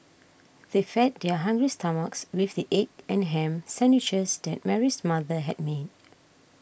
they fed their hungry stomachs with the egg and ham sandwiches that Mary's mother had made